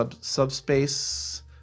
Subspace